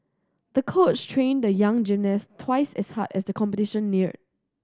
the coach trained the young gymnast twice as hard as the competition neared